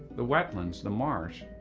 the wetlands, the marsh